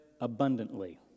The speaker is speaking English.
abundantly